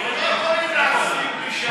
הם לא יכולים להסכים בלי שאני אסכים.